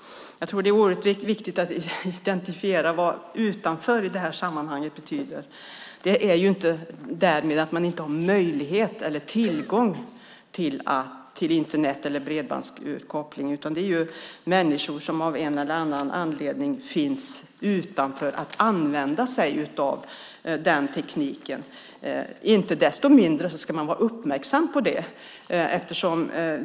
Jag tror att det är oerhört viktigt att identifiera vad "utanför" i det här sammanhanget betyder. Det är ju inte så att man därmed inte har tillgång till Internet, bredbandsuppkoppling, utan det gäller människor som av en eller annan anledning finns utanför användningen av den tekniken. Inte desto mindre ska man vara uppmärksam på detta.